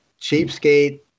cheapskate